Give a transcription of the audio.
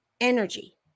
energy